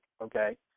okay